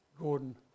Gordon